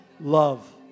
love